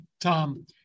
Tom